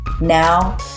Now